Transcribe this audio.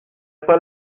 pas